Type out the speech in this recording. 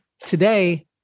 Today